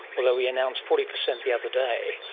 although he announced forty percent the other day,